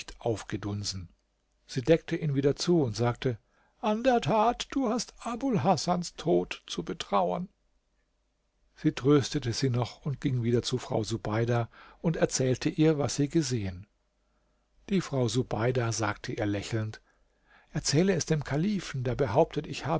aufgedunsen sie deckte ihn wieder zu und sagte an der tat du hast abul hasans tod zu betrauern sie tröstete sie noch und ging wieder zur frau subeida und erzählte ihr was sie gesehen die frau subeida sagte ihr lächelnd erzähle es dem kalifen der behauptet